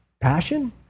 passion